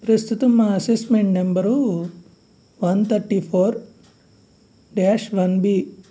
ప్రస్తుతం మా assessment number one thirty four dash one B